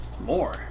more